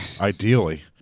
ideally